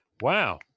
wow